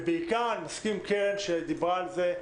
ובעיקר אני מסכים עם קרן ברק שדיברה על זה.